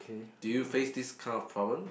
do you face this kind of problem